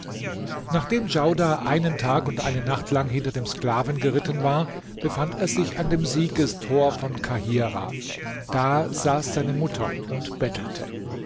nachdem djaudar einen tag und eine nacht lang hinter dem sklaven geritten war befand er sich an dem siegestor von kahirah da saß seine mutter und bettelte